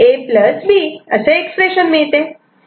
A B expression मिळते